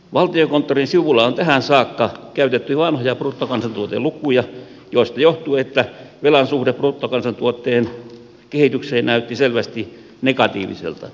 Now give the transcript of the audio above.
valtiokonttorin sivuilla on tähän saakka käytetty vanhoja bruttokansantuotelukuja joista johtuu että velan suhde bruttokansantuotteen kehitykseen näytti selvästi negatiiviselta